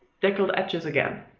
deckled edges again!